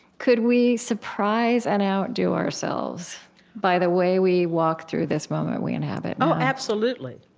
could we surprise and outdo ourselves by the way we walk through this moment we inhabit? oh, absolutely.